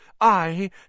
I